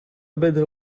better